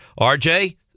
RJ